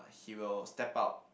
he will step out